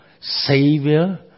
Savior